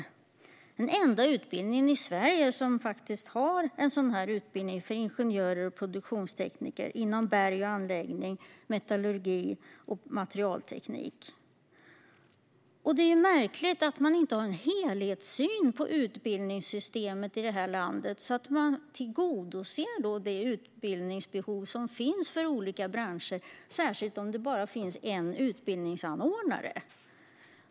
Det är den enda utbildningen i Sverige för ingenjörer och produktionstekniker inom berg och anläggning, metallurgi och materialteknik. Det är märkligt att man inte har en helhetssyn på utbildningssystemet i det här landet, så att man tillgodoser det utbildningsbehov som finns för olika branscher, särskilt om det bara finns en utbildningsanordnare.